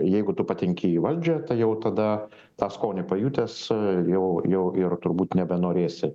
jeigu tu patenki į valdžią tai jau tada tą skonį pajutęs jau jau ir turbūt nebenorėsi